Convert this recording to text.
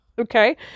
Okay